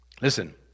Listen